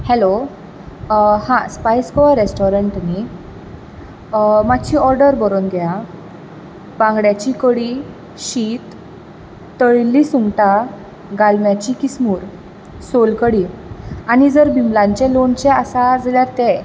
hello हा spice Goa restaurant न्ही मातशी ऑर्डर बरोवन घे आं बांगड्याची कडी शीत तळील्लीं सुंगटा गालम्याची किसमुर सोलकडी आनी जर बिमलांचें लोणचें आसा जाल्यार तें